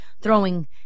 throwing